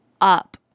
up